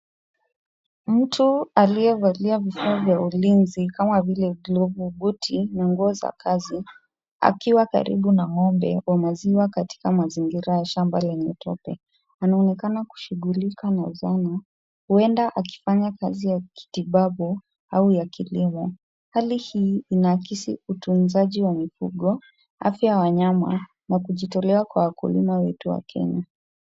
Mtu aliyevalia vifaa vya ulinzi kama vile glovu, buti na nguo ya kazi akiwa karibu na ng'ombe wa maziwa katika mazingira ya shamba lenye tope. Anaonekana kushughulika nao sana huenda akifanya kazi ya kitibabu au ya kilimo. Hali hii inaakisi utunzaji wa mifugo, afya ya wanyama, na kujitolea kwa wakulima wetu wageni.